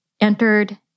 entered